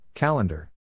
Calendar